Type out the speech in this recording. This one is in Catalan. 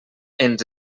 ens